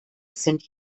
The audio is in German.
sind